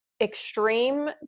extreme